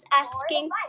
asking